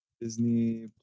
Disney